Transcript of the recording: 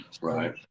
Right